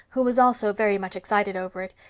who was also very much excited over it,